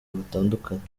batandukanye